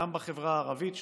גם בחברה הערבית שלושה,